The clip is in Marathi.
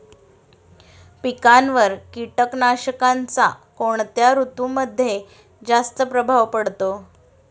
पिकांवर कीटकनाशकांचा कोणत्या ऋतूमध्ये जास्त प्रभाव पडतो?